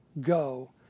go